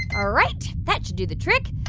all right. that should do the trick.